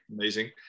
Amazing